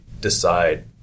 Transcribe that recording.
decide